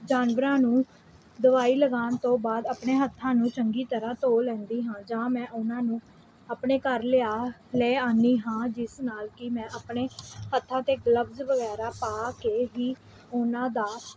ਜਾਨਵਰਾਂ ਨੂੰ ਦਵਾਈ ਲਗਾਉਣ ਤੋਂ ਬਾਅਦ ਆਪਣੇ ਹੱਥਾਂ ਨੂੰ ਚੰਗੀ ਤਰ੍ਹਾਂ ਧੋ ਲੈਂਦੀ ਹਾਂ ਜਾਂ ਮੈਂ ਉਹਨਾਂ ਨੂੰ ਆਪਣੇ ਘਰ ਲਿਆ ਲੈ ਆਉਂਦੀ ਹਾਂ ਜਿਸ ਨਾਲ ਕਿ ਮੈਂ ਆਪਣੇ ਹੱਥਾਂ 'ਤੇ ਗਲੱਬਸ ਵਗੈਰਾ ਪਾ ਕੇ ਵੀ ਉਹਨਾਂ ਦਾ